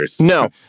No